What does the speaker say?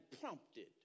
prompted